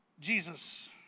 Jesus